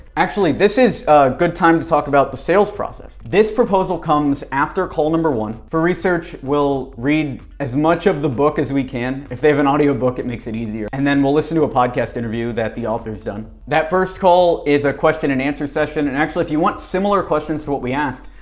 actually, this is a good time to talk about the sales process. this proposal comes after call number one. for research, we'll read as much of the book as we can. if they have an audio book, it makes it easier. and then we'll listen to a podcast interview that the author's done. that first call is a question and answer session, and actually if you want similar questions to what we asked,